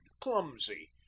clumsy